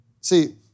See